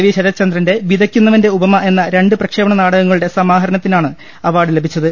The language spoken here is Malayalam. വി ശരത്ചന്ദ്രന്റെ വിതയ്ക്കുന്നവന്റെ ഉപമ എന്ന രണ്ട് പ്രക്ഷേപണ നാടകങ്ങ ളുടെ സമാഹരണത്തിനാണ് അവാർഡ് ലഭിച്ചത്